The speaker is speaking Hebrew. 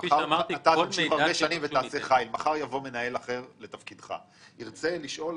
אם מחר יבוא מנהל אחר לתפקידך, ירצה ללמוד